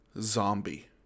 zombie